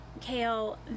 Kale